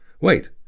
Wait